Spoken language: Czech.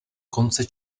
konce